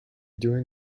doing